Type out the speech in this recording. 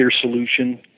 solution